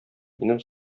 минем